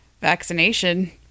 vaccination